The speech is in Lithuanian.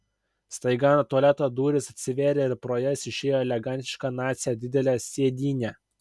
staiga tualeto durys atsivėrė ir pro jas išėjo elegantiška nacė didele sėdyne